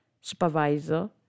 supervisor